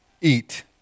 eat